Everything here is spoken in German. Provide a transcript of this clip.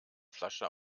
flasche